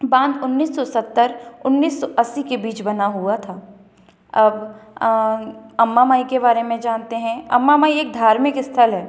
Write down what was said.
बांध उन्नीस सौ सत्तर उन्नीस सौ अस्सी के बीच बना हुआ था अब अम्बा माई के बारे में जानते हैं अम्बा माई एक धार्मिक स्थल है